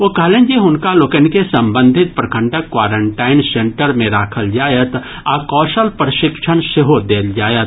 ओ कहलनि जे हुनका लोकनि के संबंधित प्रखंडक क्वारंटाइन सेन्टर मे राखल जायत आ कौशल प्रशिक्षण सेहो देल जायत